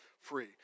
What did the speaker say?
free